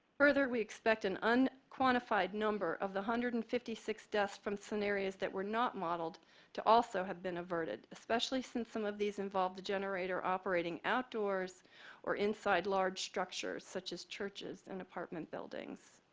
further, we expect an unquantified number of the one hundred and fifty six deaths from scenarios that were not modeled to also have been averted, especially since some of these involved the generator operating outdoors or inside large structures such as churches and apartment buildings.